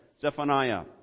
Zephaniah